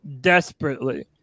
desperately